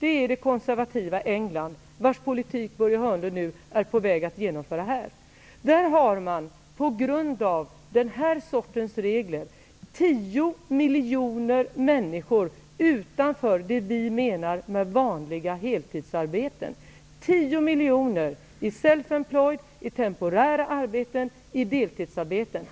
i det konservativa England -- det ligger inte långt härifrån. Börje Hörnlund är på väg att genomföra det landets politik här. I England finns det på grund av den här sortens regler 10 miljoner människor som inte har det som vi kallar vanliga heltidsarbeten. 10 miljoner är ''self employed'', har temporära arbeten eller deltidsarbeten.